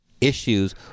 Issues